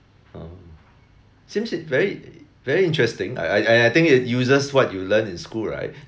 seems it very very interesting I I I I think it uses what you learnt in school right